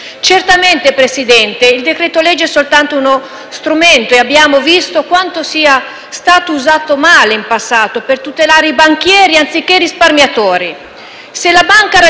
Certamente, Presidente, il decreto-legge è soltanto uno strumento e abbiamo visto quanto sia stato usato male in passato, per tutelare i banchieri anziché i risparmiatori.